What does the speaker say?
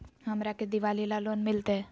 हमरा के दिवाली ला लोन मिलते?